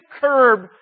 curb